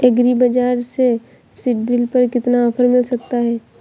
Agree बाजार से seed drill पर कितना ऑफर मिल सकता है?